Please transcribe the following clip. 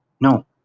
No